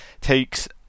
takes